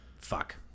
fuck